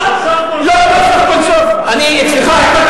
סוף כל סוף אני מסכים אתך.